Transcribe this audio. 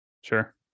Sure